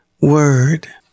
word